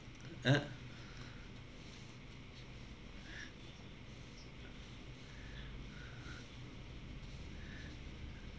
uh